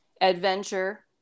adventure